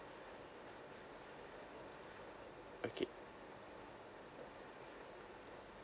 okay